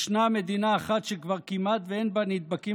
ישנה מדינה אחת שכבר כמעט שאין בה נדבקים